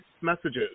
messages